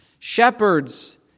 Shepherds